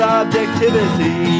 objectivity